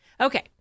Okay